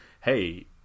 hey